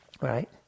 right